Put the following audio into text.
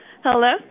hello